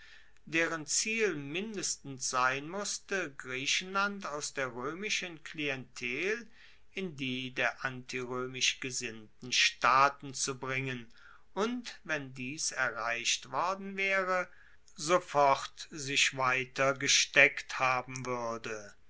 deren ziel mindestens sein musste griechenland aus der roemischen klientel in die der antiroemisch gesinnten staaten zu bringen und wenn dies erreicht worden waere sofort sich weiter gesteckt haben wuerde